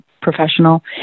Professional